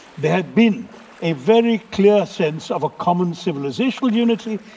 there had been a very clear sense of a common civilizational unity.